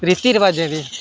रिती रवाजें दी